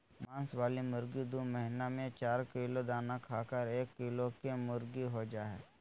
मांस वाली मुर्गी दू महीना में चार किलो दाना खाकर एक किलो केमुर्गीहो जा हइ